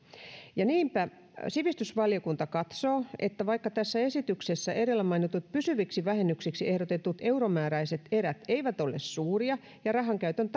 niinpä sivistysvaliokunta katsoo että vaikka tässä esityksessä edellä mainitut pysyviksi vähennyksiksi ehdotetut euromääräiset erät eivät ole suuria ja rahankäytön